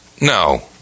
No